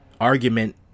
Argument